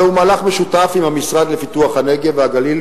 זהו מהלך משותף עם המשרד לפיתוח הנגב והגליל,